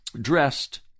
Dressed